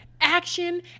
action